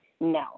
No